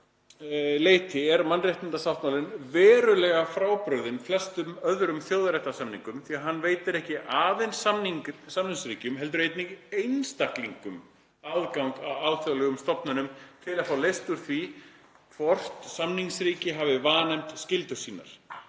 leyti er mannréttindasáttmálinn verulega frábrugðinn flestum öðrum þjóðréttarsamningum því að hann veitir ekki aðeins samningsríkjunum, heldur einnig einstaklingum, aðgang að alþjóðlegum stofnunum til að fá leyst úr því hvort samningsríki hafi vanefnt skyldur sínar.